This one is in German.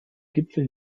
gipfel